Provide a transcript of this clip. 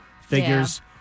figures